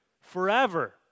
forever